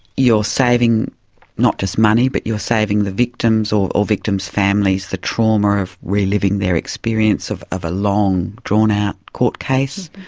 you're saving not just money, but you're saving the victims or victims' families the trauma of reliving their experience of of a long drawn out court case.